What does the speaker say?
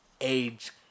age